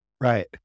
right